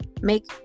make